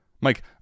Mike